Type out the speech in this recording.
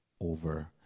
over